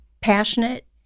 passionate